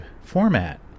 format